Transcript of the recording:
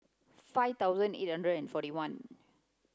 five thousand eight hundred forty one